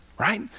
right